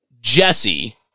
Jesse